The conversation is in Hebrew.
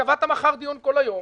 קבעת מחר דיון כל היום.